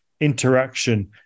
interaction